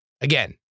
Again